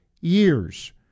years